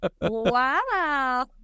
Wow